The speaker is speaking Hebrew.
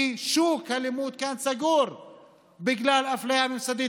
כי שוק הלימוד כאן סגור בגלל אפליה ממסדית,